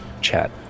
chat